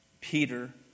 Peter